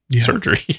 surgery